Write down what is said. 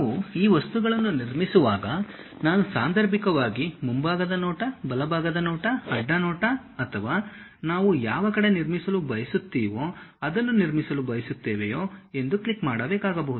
ನಾವು ಈ ವಸ್ತುಗಳನ್ನು ನಿರ್ಮಿಸುವಾಗ ನಾನು ಸಾಂದರ್ಭಿಕವಾಗಿ ಮುಂಭಾಗದ ನೋಟ ಬಲಭಾಗದ ನೋಟ ಅಡ್ಡ ನೋಟ ಅಥವಾ ನಾವು ಯಾವ ಕಡೆ ನಿರ್ಮಿಸಲು ಬಯಸುತ್ತೀರೋ ಅದನ್ನು ನಿರ್ಮಿಸಲು ಬಯಸುತ್ತೇವೆಯೇ ಎಂದು ಕ್ಲಿಕ್ ಮಾಡಬೇಕಾಗಬಹುದು